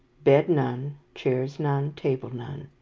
bed none, chairs none, table none.